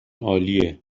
عالیه